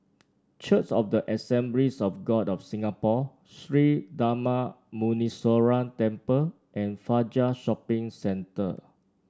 Church of the Assemblies of God of Singapore Sri Darma Muneeswaran Temple and Fajar Shopping Centre